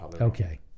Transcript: Okay